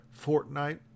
Fortnite